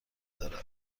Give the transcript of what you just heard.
دارم